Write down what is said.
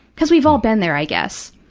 because we've all been there, i guess.